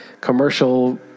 Commercial